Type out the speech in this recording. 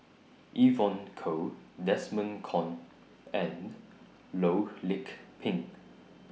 Evon Kow Desmond Kon and Loh Lik Peng